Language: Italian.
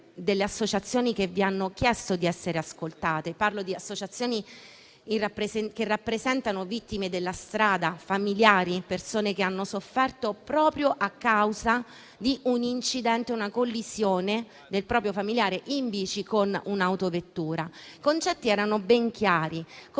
le associazioni che vi hanno chiesto di essere audite. Parlo di associazioni che rappresentano le vittime della strada, familiari e persone che hanno sofferto a causa di un incidente o una collisione del proprio familiare in bici con un'autovettura. I concetti erano ben chiari e